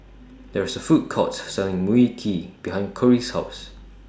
There IS A Food Court Selling Mui Kee behind Cori's House